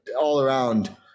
all-around